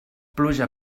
pluja